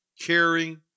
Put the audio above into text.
caring